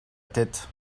tête